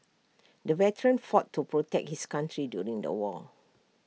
the veteran fought to protect his country during the war